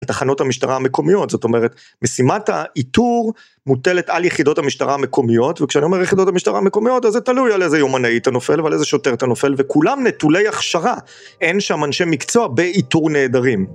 תחנות המשטרה המקומיות, זאת אומרת משימת האיתור מוטלת על יחידות המשטרה המקומיות, וכשאני אומר יחידות המשטרה המקומיות אז זה תלוי על איזה יומנאי אתה נופל ועל איזה שוטר אתה נופל וכולם נטולי הכשרה, אין שם אנשי מקצוע באיתור נעדרים.